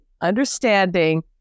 understanding